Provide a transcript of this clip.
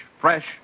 fresh